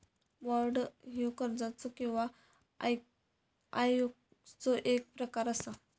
bond ह्यो कर्जाचो किंवा आयओयूचो एक प्रकार असा